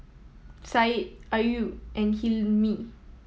Syed Ayu and Hilmi